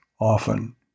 often